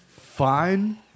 fine